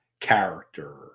character